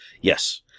Yes